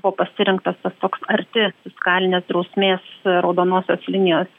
buvo pasirinktas tas toks arti fiskalinės drausmės raudonosios linijos